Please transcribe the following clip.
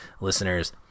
Listeners